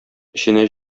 эченә